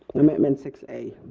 amendment six a.